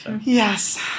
Yes